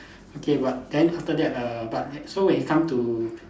okay but then after that err but like so when it come to